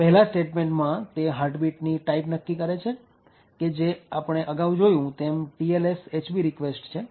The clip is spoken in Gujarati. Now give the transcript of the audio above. પહેલા સ્ટેટમેન્ટ માં તે હાર્ટબીટ ની ટાઈપ નક્કી કરે છે કે જે આપણે અગાઉ જોયું તેમ TLS HB REQUEST છે